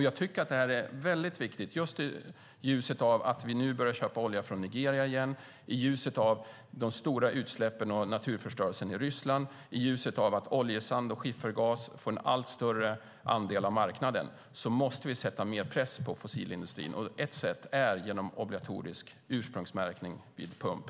Jag tycker att det här är viktigt i ljuset av att vi nu börjar köpa olja från Nigeria igen, i ljuset av de stora utsläppen och naturförstörelsen i Ryssland och i ljuset av att oljesand och skiffergas får en allt större andel av marknaden. Vi måste sätta större press på den fossila industrin. Ett sätt är genom obligatorisk ursprungsmärkning vid pump.